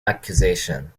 accusation